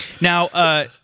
Now